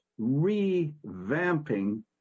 revamping